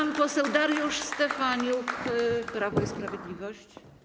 Pan poseł Dariusz Stefaniuk, Prawo i Sprawiedliwość.